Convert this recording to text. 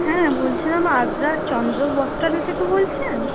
হ্যাঁ বলছিলাম আদ্রার চন্দ্র বস্ত্রালয় থেকে বলছেন